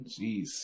Jeez